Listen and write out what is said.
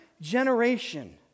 generation